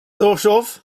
versus